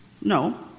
No